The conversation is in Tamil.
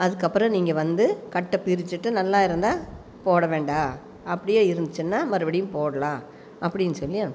அதுக்கப்புறோம் நீங்கள் வந்து கட்டை பிரிச்சுட்டு நல்லாயிருந்தா போட வேண்டாம் அப்படியே இருந்துச்சுனா மறுபடியும் போடலாம் அப்படினு சொல்லி அனுப்புவாங்க